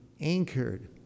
anchored